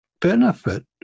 benefit